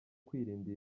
kwirinda